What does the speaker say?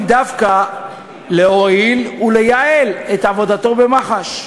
דווקא להועיל ולייעל את עבודתו במח"ש.